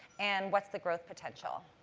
and what's the growth potential?